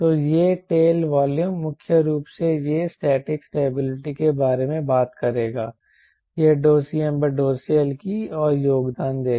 तो यह tail volume मुख्य रूप से यह स्टैटिक स्टेबिलिटी के बारे में बात करेगा यह CmCL की ओर योगदान देगा